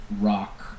Rock